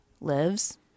lives